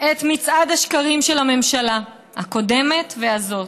את מצעד השקרים של הממשלה הקודמת, וזאת.